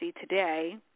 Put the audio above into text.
today